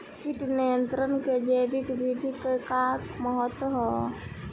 कीट नियंत्रण क जैविक विधि क का महत्व ह?